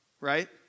right